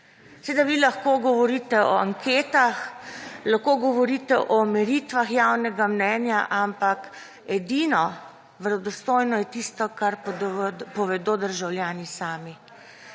Seveda vi lahko govorite o anketah, lahko govorite o meritvah javnega mnenja, ampak edino verodostojno je tisto, kar povedo državljani sami.